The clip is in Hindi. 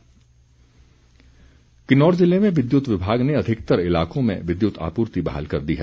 बिजली किन्नौर ज़िले में विद्युत विभाग ने अधिकतर इलाकों में विद्युत आपूर्ति बहाल कर दी है